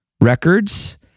records